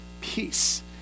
peace